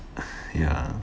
ya